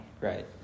Right